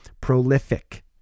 prolific